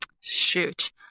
Shoot